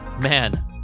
man